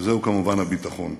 וזהו כמובן הביטחון.